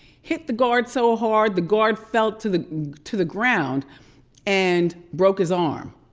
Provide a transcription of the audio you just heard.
hit the guard so hard the guard fell to the to the ground and broke his arm.